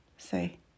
Say